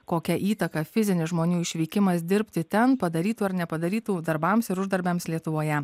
kokią įtaką fizinis žmonių išvykimas dirbti ten padarytų ar nepadarytų darbams ir uždarbiams lietuvoje